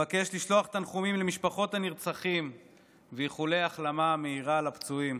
אבקש לשלוח תנחומים למשפחות הנרצחים ואיחולי החלמה מהירה לפצועים,